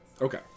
Okay